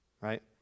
right